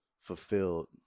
fulfilled